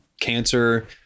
cancer